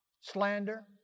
slander